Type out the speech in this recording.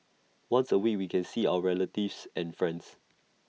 once A week we can see our relatives and friends